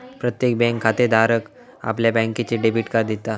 प्रत्येक बँक खातेधाराक आपल्या बँकेचा डेबिट कार्ड देता